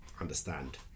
understand